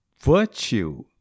Virtue